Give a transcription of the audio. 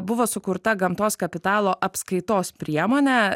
buvo sukurta gamtos kapitalo apskaitos priemonė